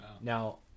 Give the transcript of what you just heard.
Now